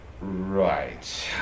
right